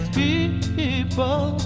people